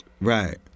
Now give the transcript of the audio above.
Right